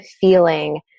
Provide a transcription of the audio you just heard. feeling